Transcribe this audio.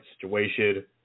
situation